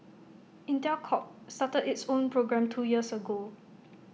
Intel Corp started its own program two years ago